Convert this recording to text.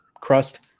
crust